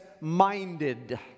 minded